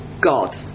God